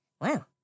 Wow